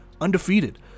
undefeated